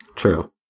true